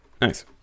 Nice